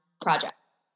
projects